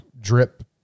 drip